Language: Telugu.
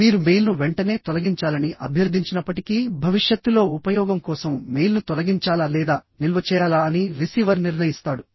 మీరు మెయిల్ను వెంటనే తొలగించాలని అభ్యర్థించినప్పటికీ భవిష్యత్తులో ఉపయోగం కోసం మెయిల్ను తొలగించాలా లేదా నిల్వ చేయాలా అని రిసీవర్ నిర్ణయిస్తాడు